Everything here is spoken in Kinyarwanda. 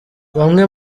bamwe